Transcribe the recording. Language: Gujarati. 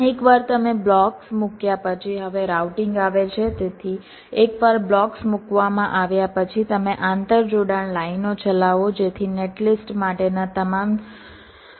એકવાર તમે બ્લોક્સ મૂક્યા પછી હવે રાઉટિંગ આવે છે તેથી એકવાર બ્લોક્સ મૂકવામાં આવ્યા પછી તમે આંતરજોડાણ લાઇનો ચલાવો જેથી નેટલિસ્ટ માટેના તમામ જોડાણને પૂર્ણ કરી શકાય